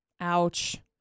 Ouch